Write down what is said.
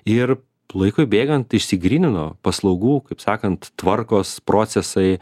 ir laikui bėgant išsigrynino paslaugų kaip sakant tvarkos procesai